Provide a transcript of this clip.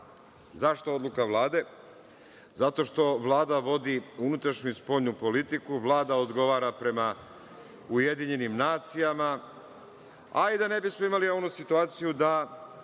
Zašto odluka Vlade? Zato što Vlada vodi unutrašnju i spoljnu politiku, Vlada odgovara prema UN, a i da ne bismo imali onu situaciju da